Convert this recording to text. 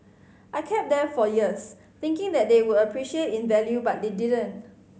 I kept them for years thinking that they would appreciate in value but they didn't